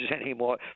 anymore